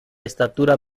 estatura